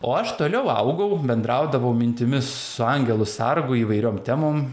o aš toliau augau bendraudavau mintimis su angelu sargu įvairiom temom